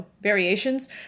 variations